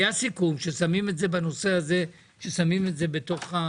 היה סיכום ששמים את זה בתוך ה